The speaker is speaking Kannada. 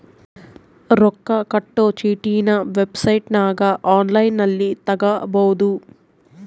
ರೊಕ್ಕ ಕಟ್ಟೊ ಚೀಟಿನ ವೆಬ್ಸೈಟನಗ ಒನ್ಲೈನ್ನಲ್ಲಿ ತಗಬೊದು